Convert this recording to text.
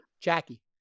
Jackie